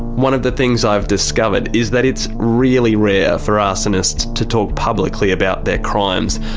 one of the things i've discovered is that it's really rare for arsonists to talk publicly about their crimes,